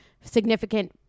significant